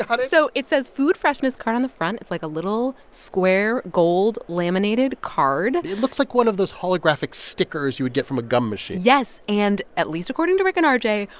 but so it says food freshness card on the front. it's, like, a little square, gold, laminated card it looks like one of those holographic stickers you would get from a gum machine yes. and at least according to rick and r j,